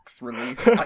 release